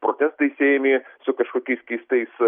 protestai siejami su kažkokiais keistais